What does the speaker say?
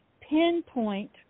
pinpoint